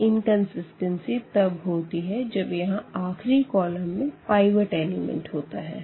तो कन्सिस्टेन्सी तब होती है जब यहाँ आखिरी कॉलम में पाइवट एलिमेंट होता है